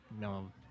no